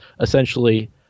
essentially